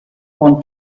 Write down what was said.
want